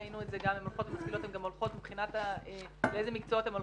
ראינו את זה גם --- לאיזה מקצועות הן הולכות,